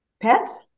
Pets